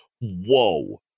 whoa